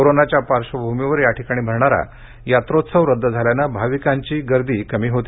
कोरोनाच्या पार्श्वभूमीवर या ठिकाणी अरणारा यात्रोत्सव रदद झाल्यानं भाविकांची गर्दी कमी होती